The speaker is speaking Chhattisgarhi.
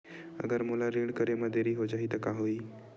अगर मोला ऋण करे म देरी हो जाहि त का होही?